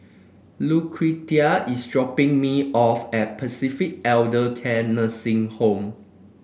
Lucretia is dropping me off at Pacific Elder Care Nursing Home